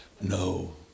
no